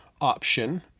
option